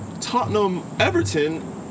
Tottenham-Everton